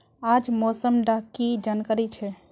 आज मौसम डा की जानकारी छै?